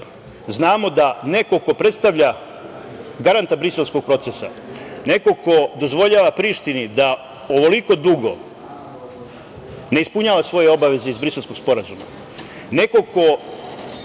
znamo da neko ko predstavlja garant briselskog procesa, neko ko dozvoljava Prištini da ovoliko dugo ne ispunjava svoje obaveze iz Briselskog sporazuma, neko ko